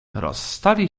rozstali